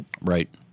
Right